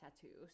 tattoos